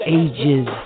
ages